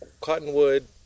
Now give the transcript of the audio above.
Cottonwood